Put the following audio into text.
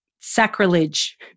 Sacrilege